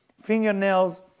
fingernails